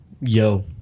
yo